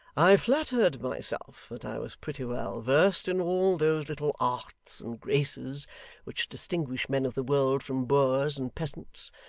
i flattered myself that i was pretty well versed in all those little arts and graces which distinguish men of the world from boors and peasants,